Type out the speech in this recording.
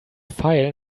file